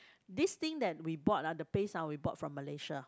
this thing that we bought ah the paste ah we bought from Malaysia